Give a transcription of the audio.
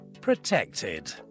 protected